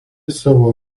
savo